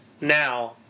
now